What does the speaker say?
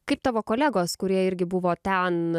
kaip tavo kolegos kurie irgi buvo ten